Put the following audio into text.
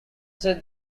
said